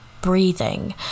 breathing